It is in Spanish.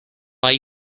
hay